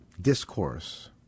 discourse